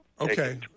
Okay